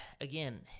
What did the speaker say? again